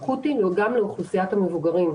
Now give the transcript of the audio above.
אוכלוסיית הוותיקים.